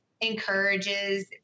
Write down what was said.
encourages